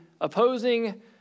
opposing